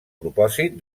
propòsit